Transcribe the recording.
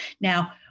Now